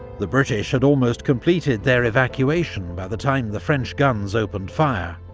the british had almost completed their evacuation by the time the french guns opened fire.